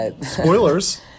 Spoilers